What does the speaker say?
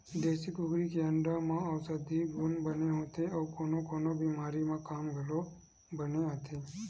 देसी कुकरी के अंडा म अउसधी गुन बने होथे अउ कोनो कोनो बेमारी म काम घलोक बने आथे